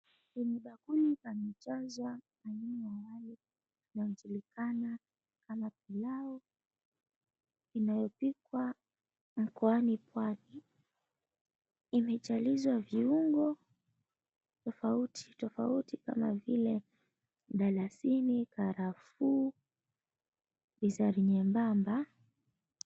Kwenye bakuli pamejazwa aina ya wali unaojulikana kama pilau inayopikwa mkwani pwani, imejalizwa viungo tofauti tofauti kama vile mdalasini, karafuu, bizari nyembamba.